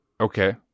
Okay